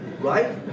right